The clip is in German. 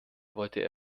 wollte